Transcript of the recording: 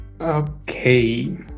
okay